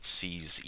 sees